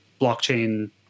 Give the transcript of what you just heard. blockchain